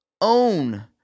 Own